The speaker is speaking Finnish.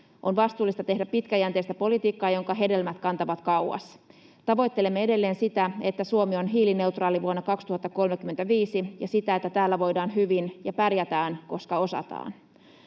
On vastuullista tehdä pitkäjänteistä politiikkaa, jonka hedelmät kantavat kauas. Tavoittelemme edelleen sitä, että Suomi on hiilineutraali vuonna 2035, ja sitä, että täällä voidaan hyvin ja pärjätään, koska osataan.